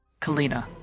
Kalina